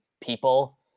people